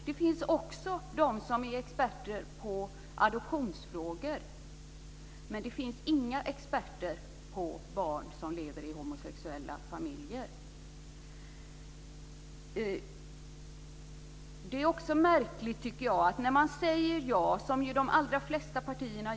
Det finns också de som är experter på adoptionsfrågor, men det finns inga experter på barn som lever i homosexuella familjer. De allra flesta partier säger ja till styvbarnsadoption.